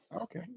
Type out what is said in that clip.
Okay